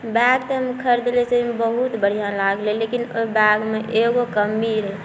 bag तऽ हम खरीदलिए से बहुत बढ़िआँ लागलै लेकिन ओहि बैगमे एगो कमी रहै